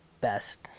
best